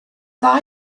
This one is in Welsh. dda